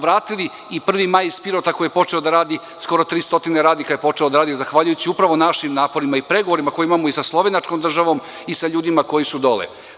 Vratili smo i „1. maj“ iz Pirota, koji je počeo da radi, skoro 300 radnika je počelo da radi, upravo zahvaljujući našim naporima i pregovorima koje imamo i sa slovenačkom državom i sa ljudima koji su dole.